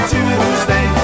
Tuesday